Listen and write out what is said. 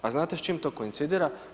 A znate s čim to koincidira?